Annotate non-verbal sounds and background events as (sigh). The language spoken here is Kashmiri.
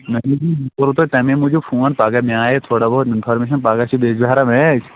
(unintelligible) کوٚر توہہِ تٔمی موجوٗب فون پگاہ مےٚ آیے تھوڑا بہت اِنفارمیشَن پگاہ چھِ بِجبِہارہ میچ